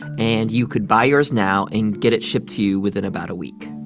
and you could buy yours now and get it shipped to you within about a week.